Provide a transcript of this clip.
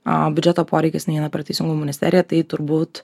biudžeto poreikis neina per teisingumo ministeriją tai turbūt